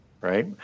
right